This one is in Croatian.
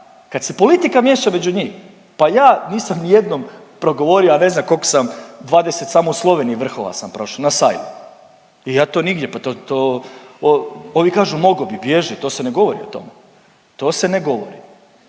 Kad se politika miješa među njih, pa ja nisam ni jednom progovorio, a ne znam koliko sam, 20 samo u Sloveniji vrhova sam prošao na …/Govornik se ne razumije./… i ja to nigdje pa to, to, ovi kažu mogo bi bježi to se ne govori o tome, to se ne govori